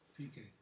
PK